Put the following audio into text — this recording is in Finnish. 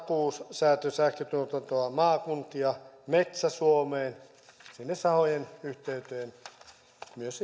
säätösähköntuotantoa maakuntiin metsä suomeen sinne sahojen yhteyteen myös